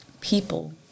people